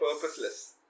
purposeless